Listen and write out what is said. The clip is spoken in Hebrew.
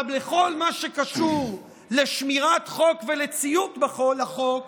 אבל בכל מה שקשור לשמירת חוק ולציות לחוק,